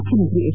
ಮುಖ್ಯಮಂತ್ರಿ ಎಚ್